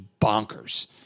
bonkers